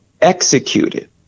executed